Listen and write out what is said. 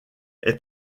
est